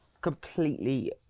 completely